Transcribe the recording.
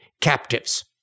captives